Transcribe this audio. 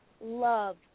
love